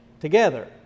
together